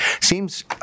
Seems